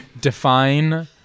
Define